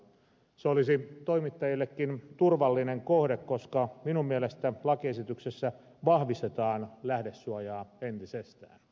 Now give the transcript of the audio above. se olisi toimittajillekin turvallinen kohde koska minun mielestäni lakiesityksessä vahvistetaan lähdesuojaa entisestään